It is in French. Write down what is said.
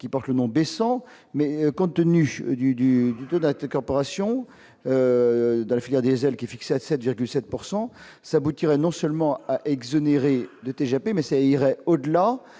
porte le nom baissant mais contenu du du de date Corporation dans la filière diésel qui est fixée à 7,7 pourcent ça aboutirait non seulement exonérés de TGAP mais ça irait au-delà